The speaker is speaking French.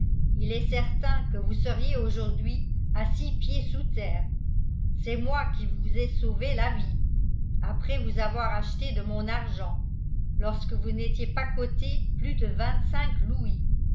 il est certain que vous seriez aujourd'hui à six pieds sous terre c'est moi qui vous ai sauvé la vie après vous avoir acheté de mon argent lorsque vous n'étiez pas coté plus de vingt-cinq louis